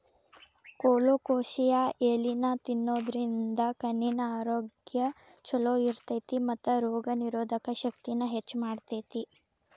colocasia ಎಲಿನಾ ತಿನ್ನೋದ್ರಿಂದ ಕಣ್ಣಿನ ಆರೋಗ್ಯ್ ಚೊಲೋ ಇರ್ತೇತಿ ಮತ್ತ ರೋಗನಿರೋಧಕ ಶಕ್ತಿನ ಹೆಚ್ಚ್ ಮಾಡ್ತೆತಿ